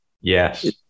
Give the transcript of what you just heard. Yes